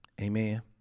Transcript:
Amen